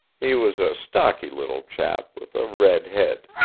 he was a stocky little chap, with a red head.